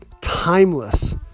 timeless